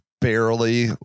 barely